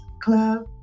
Club